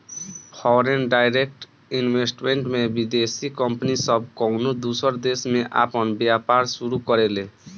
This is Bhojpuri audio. फॉरेन डायरेक्ट इन्वेस्टमेंट में विदेशी कंपनी सब कउनो दूसर देश में आपन व्यापार शुरू करेले